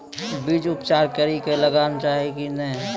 बीज उपचार कड़ी कऽ लगाना चाहिए कि नैय?